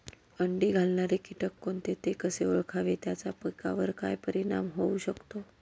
अंडी घालणारे किटक कोणते, ते कसे ओळखावे त्याचा पिकावर काय परिणाम होऊ शकतो?